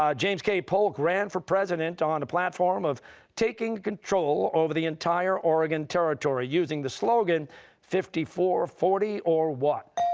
ah james k. polk ran for president on a platform of taking control over the entire oregon territory, using the slogan fifty-four forty or what?